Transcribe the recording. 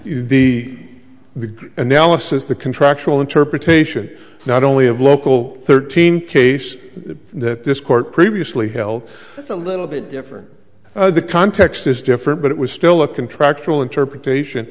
the analysis the contractual interpretation not only of local thirteen case that this court previously held a little bit different the context is different but it was still a contractual interpretation